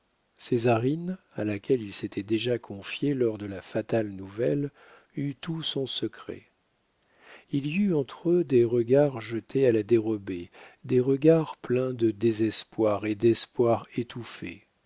gémir césarine à laquelle il s'était déjà confié lors de la fatale nouvelle eut tout son secret il y eut entre eux des regards jetés à la dérobée des regards pleins de désespoir et d'espoir étouffés